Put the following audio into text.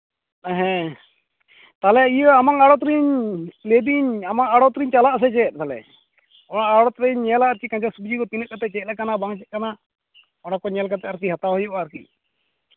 ᱦᱮᱸ ᱛᱟᱦᱞᱮ ᱤᱭᱟᱹ ᱟᱢᱟᱜ ᱟᱲᱚᱛ ᱨᱤᱧ ᱞᱟᱹᱭ ᱫᱟᱹᱧ ᱟᱢᱟᱜ ᱟᱲᱚᱛ ᱨᱤᱧ ᱪᱟᱞᱟᱜ ᱟᱥᱮ ᱪᱮᱫ ᱛᱟᱦᱞᱮ ᱟᱢᱟᱜ ᱟᱲᱚᱛ ᱨᱤᱧ ᱧᱮᱞᱟ ᱚᱠᱟ ᱞᱮᱠᱟ ᱥᱚᱵᱽᱡᱤ ᱠᱚ ᱪᱮᱫ ᱞᱮᱠᱟᱱᱟ ᱵᱟᱝ ᱪᱮᱫᱠᱟᱱᱟ ᱚᱱᱟ ᱠᱚ ᱧᱮᱞ ᱠᱟᱛᱮᱫ ᱦᱟᱛᱟᱣ ᱦᱩᱭᱩᱜᱼᱟ ᱟᱨᱠᱤ